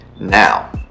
now